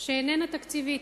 שאיננה תקציבית,